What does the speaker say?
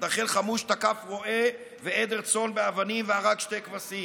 מתנחל חמוש תקף רועה ועדר צאן באבנים והרג שתי כבשים,